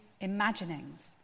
imaginings